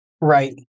Right